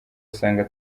asanga